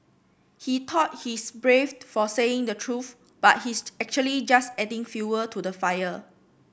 he thought he's brave for saying the truth but he's actually just adding fuel to the fire